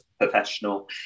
professional